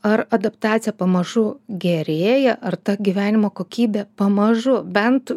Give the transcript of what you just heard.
ar adaptacija pamažu gerėja ar ta gyvenimo kokybė pamažu bent